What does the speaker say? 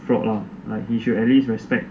fraud lor like he should at least respect